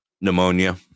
pneumonia